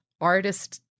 artist